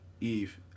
Eve